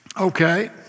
Okay